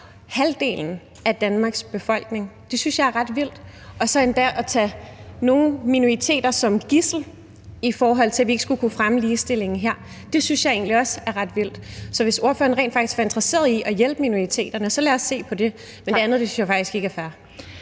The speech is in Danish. halvdelen af Danmarks befolkning, synes jeg er ret vildt, og så endda at tage nogle minoriteter som gidsel, i forhold til at vi ikke skal kunne fremme ligestillingen her, synes jeg egentlig også er ret vildt. Så hvis ordføreren rent faktisk var interesseret i at hjælpe minoriteterne, ville jeg sige: Så lad os se på det, men det andet synes jeg faktisk ikke er fair.